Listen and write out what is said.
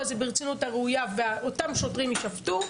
הזה ברצינות הראויה ואותם שוטרים יישפטו,